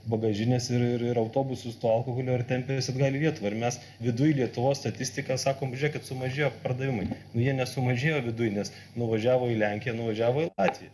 bagažines ir ir ir autobusus to alkoholio ir tempia juos atgal į lietuvą stogo ir mes viduj lietuvos statistiką sakom kad sumažėjo pardavimai nu jie nesumažėjo viduj nes nuvažiavo į lenkiją nuvažiavo į latviją